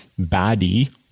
baddie